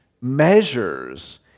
measures